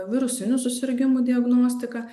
virusinių susirgimų diagnostika